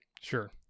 Sure